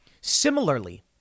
similarly